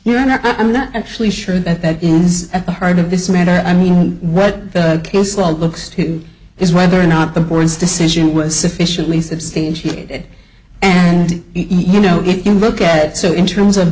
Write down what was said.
and i'm not actually sure that that is at the heart of this matter i mean what the case law looks to me is whether or not the board's decision was sufficiently substantiated and you know if you look at so in terms of